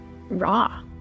raw